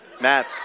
Matt